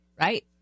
Right